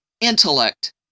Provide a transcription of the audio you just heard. intellect